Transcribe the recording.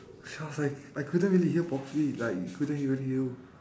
sorry sorry I couldn't really hear properly like couldn't even hear you